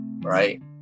right